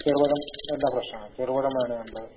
ചെറുപഴം എല്ലാം ഫ്രഷാണ് ചെറുപഴം വേണേൽ ഉണ്ട്